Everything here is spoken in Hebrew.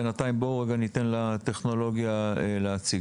בינתיים בואו רגע ניתן לטכנולוגיה להציג.